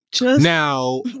Now